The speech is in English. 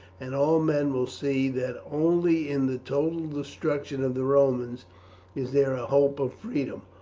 and all men will see that only in the total destruction of the romans is there a hope of freedom.